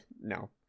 no